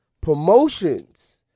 promotions